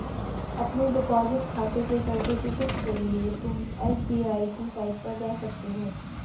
अपने डिपॉजिट खाते के सर्टिफिकेट के लिए तुम एस.बी.आई की साईट पर जा सकते हो